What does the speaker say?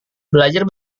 belajar